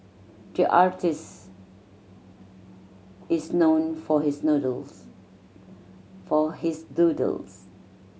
the artist is known for his for his doodles